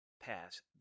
pass